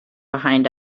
behind